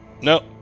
No